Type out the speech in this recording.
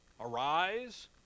Arise